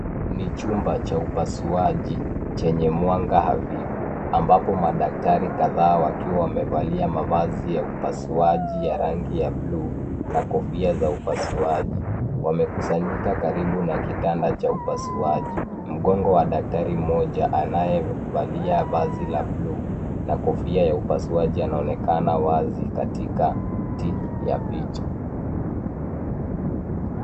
Ni chumba cha upasuaji chenye mwanga hafifu ambapo madaktari kadhaa wakiwa wamevalia mavazi ya upasuaji ya rangi ya bluu na kofia za upasuaji wamekusanyika karibu na kitanda cha upasuaji. Mgongo wa daktari mmoja anayevalia vazi la bluu na kofia ya upasuaji anaonekana wazi katikati ya picha.